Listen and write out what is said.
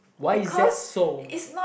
why is that so